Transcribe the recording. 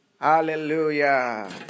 Hallelujah